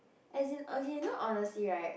as in okay you know honestly right